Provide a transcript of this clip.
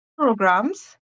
programs